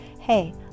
Hey